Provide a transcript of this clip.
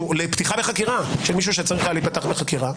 לפתיחה בחקירה של מישהו שהיה צריך להיפתח בחקירה.